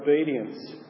obedience